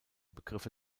begriffe